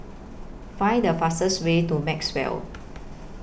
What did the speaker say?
Find The fastest Way to Maxwell